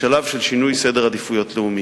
לשלב של שינוי סדר העדיפויות הלאומי.